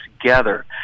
together